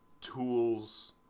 tools